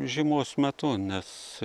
žiemos metu nes